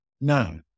No